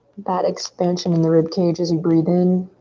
that expansion in the rib cage as you breathe in.